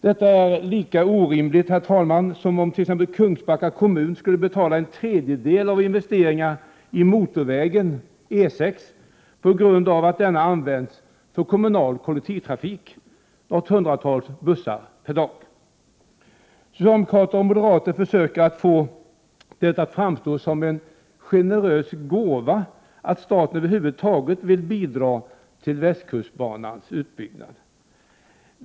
Detta är lika orimligt, herr talman, som om t.ex. Kungsbacka kommun skulle betala en tredjedel av investeringen i motorvägen E 6 på grund av att denna används för kommunal kollektivtrafik — hundratals bussar varje dag. Socialdemokrater och moderater försöker att få det att framstå som en Prot. 1988/89:107 generös gåva att staten över huvud taget vill bidra till västkustbanans utbyggnad.